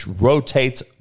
rotates